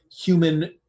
human